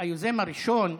היוזם הראשון,